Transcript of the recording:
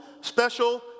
special